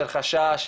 של חשש.